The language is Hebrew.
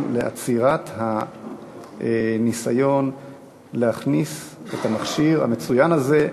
לעצירת הניסיון להכניס את המכשיר המצוין הזה,